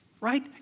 right